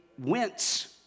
wince